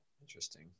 Interesting